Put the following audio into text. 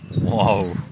Whoa